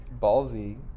ballsy